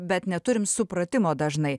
bet neturim supratimo dažnai